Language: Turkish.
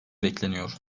bekleniyor